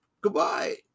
Goodbye